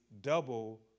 double